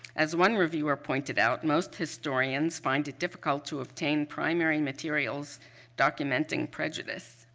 as one reviewer pointed out, most historians find it difficult to obtain primary materials documenting prejudice,